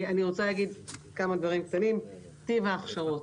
לגבי טיב ההכשרות,